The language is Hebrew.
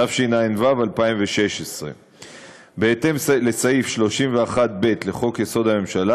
התשע"ו 2016. בהתאם לסעיף 31(ב) לחוק-יסוד: הממשלה,